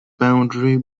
boundary